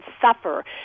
suffer